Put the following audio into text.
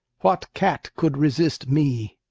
what cat could resist me!